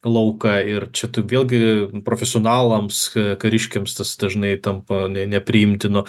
lauką ir čia tu vėlgi profesionalams kariškiams tas dažnai tampa ne nepriimtinu